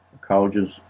colleges